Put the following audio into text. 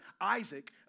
Isaac